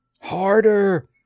Harder